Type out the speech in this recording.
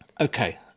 Okay